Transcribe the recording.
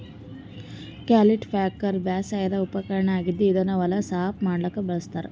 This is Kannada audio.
ಕಲ್ಟಿಪ್ಯಾಕರ್ ಬೇಸಾಯದ್ ಉಪಕರ್ಣ್ ಆಗಿದ್ದ್ ಇದನ್ನ್ ಹೊಲ ಸಾಫ್ ಮಾಡಕ್ಕ್ ಬಳಸ್ತಾರ್